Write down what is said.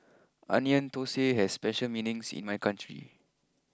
Onion Thosai has special meanings in my country